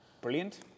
Brilliant